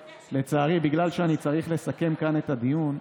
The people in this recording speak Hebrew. לצערי, בגלל שאני צריך לסכם כאן את הדיון,